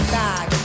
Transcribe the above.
bag